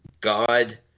God